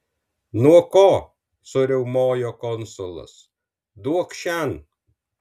nuo ko suriaumojo konsulas duokš šen